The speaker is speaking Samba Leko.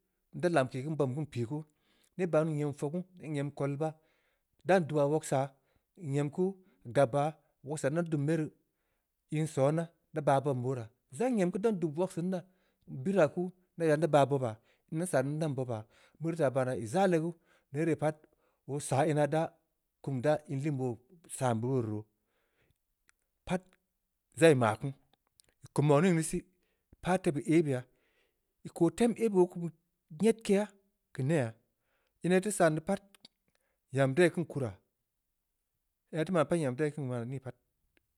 Nda lamke keun bob geu, npii kuu, neh baan ya nyem fogu, neym kol baa, ndan duba woksaa, nyem kuu, gabya, woksaa nda dub ye rii, in sona. nda baah baob beu wora, nza n’em kunu, dan dub wokseun daa, nbira ku, daa yan da baah boba, ina nsaa rii ndan boba, meuri taa baa naa ii zaa legu, ner pat, oo saa ina daa kum da inliin san tuu ruu woreu roo. pat zaa ii ma kunu, ii kum zong ning neh sih, ii pah tebeu aibeya. ii koo ten aibe oo kum nyedkeya, keu neyha, inaa ii teu san deu pat, nyam dai keun kura. ina ii man deu nyam dai keun mana nii pat